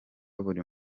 buri